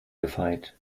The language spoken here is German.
gefeit